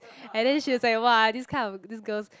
and then she was like !wah! this kind of these girls